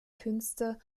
künste